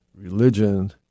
religion